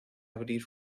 abrir